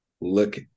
look